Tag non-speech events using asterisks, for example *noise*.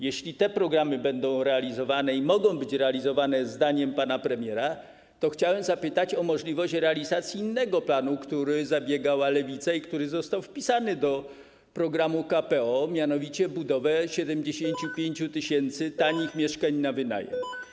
Jeśli te programy będą realizowane i mogą być realizowane zdaniem pana premiera, to chciałem zapytać o możliwość realizacji innego planu, o który zabiegała Lewica i który został wpisany do KPO, mianowicie o budowę 75 tys. *noise* tanich mieszkań na wynajem.